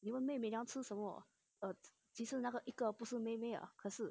妹妹你们要吃什么 err 其实那个一个不是妹妹啊可是